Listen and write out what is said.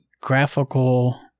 graphical